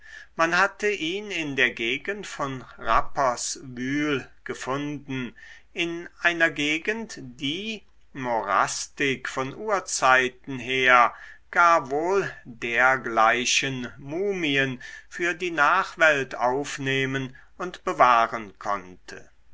man hatte ihn in der gegend von rapperswyl gefunden in einer gegend die morastig von urzeiten her gar wohl dergleichen mumien für die nachwelt aufnehmen und bewahren konnte